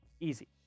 easy